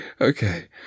okay